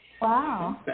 wow